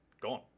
gone